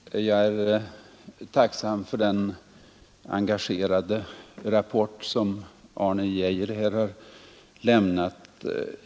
Herr talman! Jag är tacksam för den engagerade rapport som Arne Geijer här har lämnat.